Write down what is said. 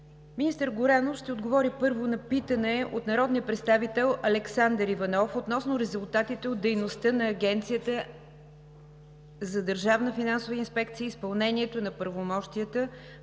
Министър Горанов ще отговори на питане от народния представител Александър Иванов относно резултатите от дейността на Агенцията за държавна финансова инспекция – изпълнението на правомощията